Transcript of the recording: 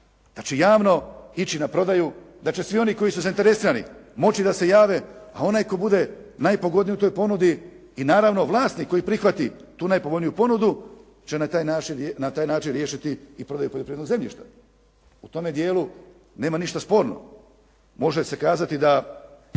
da će javno ići na prodaju, da će svi oni koji su zainteresirani moći da se jave, a ona tko bude najpogodniji u toj ponudi i naravno vlasnik koji prihvati tu najpovoljniju ponudu, će na taj način riješiti i prodaju poljoprivrednog zemljišta. U tome djelu nema ništa sporno. Može se kazati da